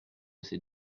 ces